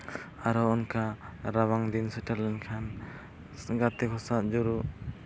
ᱟᱨ ᱦᱚᱸ ᱚᱱᱠᱟ ᱨᱟᱵᱟᱜ ᱫᱤᱱ ᱥᱮᱴᱮᱨ ᱞᱮᱱᱠᱷᱟᱱ ᱜᱟᱛᱮ ᱠᱚ ᱥᱟᱶ ᱡᱩᱨᱩᱜ